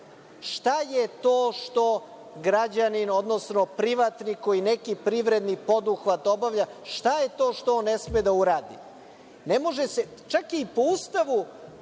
šta je to što građanin, odnosno privatnik koji neki privredni poduhvat obavlja, šta je to što on ne sme da uradi? Čak je i po Ustavu